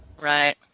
Right